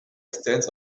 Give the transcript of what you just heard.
stands